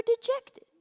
dejected